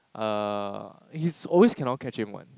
uh he's always cannot catch him one